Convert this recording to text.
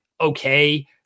okay